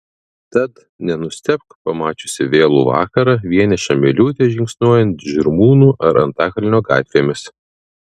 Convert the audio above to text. tad nenustebk pamačiusi vėlų vakarą vienišą miliūtę žingsniuojant žirmūnų ar antakalnio gatvėmis